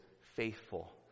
faithful